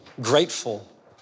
grateful